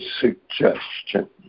suggestion